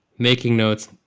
making notes,